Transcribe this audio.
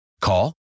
Call